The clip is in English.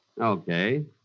Okay